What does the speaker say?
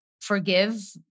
forgive